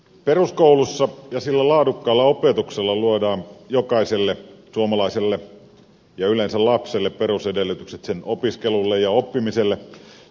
peruskoulussa ja sen laadukkaalla opetuksella luodaan jokaiselle suomalaiselle ja yleensä lapselle perusedellytykset opiskelulle ja oppimiselle